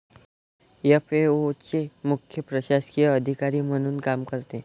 FAO चे मुख्य प्रशासकीय अधिकारी म्हणून काम करते